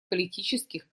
политических